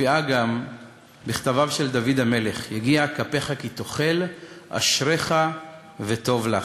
מופיעה גם בכתביו של דוד המלך: "יגיע כפיך כי תאכל אשריך וטוב לך".